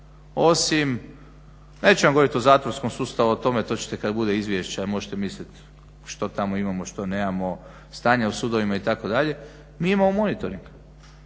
osim, neću vam govoriti o zatvorskom sustavu o tome to ćete kad bude izvješće, a možete misliti što tamo imamo, što nemamo, stanje u sudovima itd. Mi imamo monitoring.